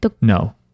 no